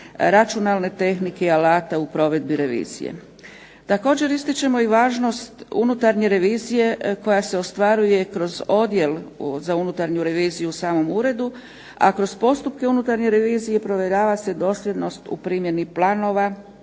računalne tehnike i alata u provedbi revizije. Također ističemo i važnost unutarnje revizije koja se ostvaruje kroz Odjel za unutarnju reviziju u samom uredu, a kroz postupke unutarnje revizije provjerava se dosljednost u primjeni planova,